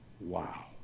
wow